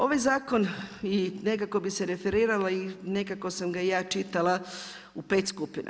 Ovaj zakon i nekako bi se referirala i nekako sam ga ja čitala u 5 skupina.